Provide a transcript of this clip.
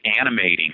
animating